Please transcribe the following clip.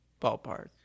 ballpark